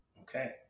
okay